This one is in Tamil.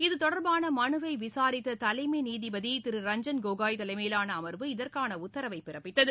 இது தொடர்பான மனுவை விசாித்த தலைமை நீதிபதி திரு ரஞ்சன் கோகோய் தலைமையிலான அமர்வு இதற்கான உத்தரவை பிறப்பித்தது